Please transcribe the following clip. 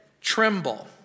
tremble